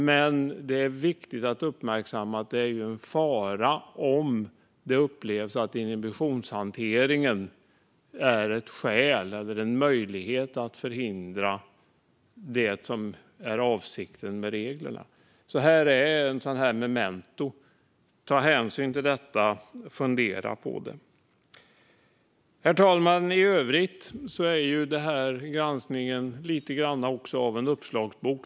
Men det är viktigt att uppmärksamma att det är en fara om inhibitionshanteringen upplevs som ett skäl eller en möjlighet att förhindra det som är avsikten med reglerna. Det här är ett memento. Ta hänsyn till detta! Fundera på det! Herr talman! I övrigt är granskningen också lite grann av en uppslagsbok.